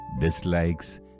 dislikes